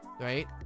Right